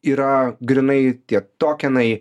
yra grynai tie tokenai